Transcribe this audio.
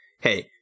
hey